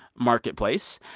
marketplace.